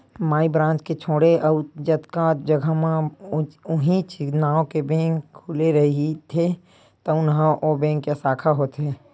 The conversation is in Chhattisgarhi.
माई ब्रांच के छोड़े अउ जतका जघा म उहींच नांव के बेंक खुले रहिथे तउन ह ओ बेंक के साखा होथे